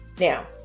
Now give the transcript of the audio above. Now